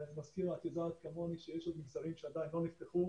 את יודעת כמוני שיש עוד מפעלים שעדין לא נפתחו